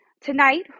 tonight